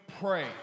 pray